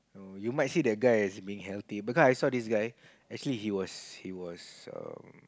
no you might say that guy is being healthy because I saw this guy actually he was he was um